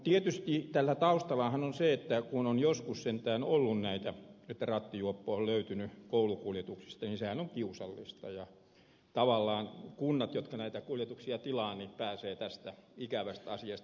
mutta tietystihän taustalla on se että kun on joskus sentään ollut näitä tapauksia että rattijuoppo on löytynyt koulukuljetuksista niin sehän on kiusallista ja näin kunnat jotka näitä kuljetuksia tilaavat tavallaan pääsevät tästä ikävästä asiasta